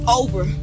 over